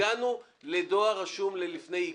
הגענו לדואר רשום לפני עיקול,